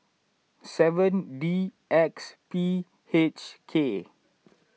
seven D X P H K